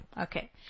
okay